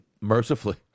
mercifully